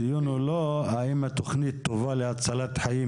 הדיון הוא לא האם התכנית טובה להצלת חיים,